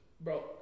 bro